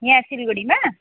यहाँ सिलगढीमा